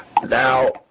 Now